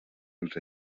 els